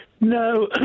No